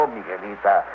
Miguelita